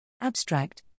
Abstract